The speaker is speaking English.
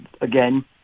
Again